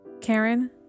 Karen